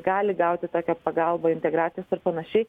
gali gauti tokią pagalbą integracijos ar panašiai